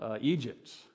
Egypt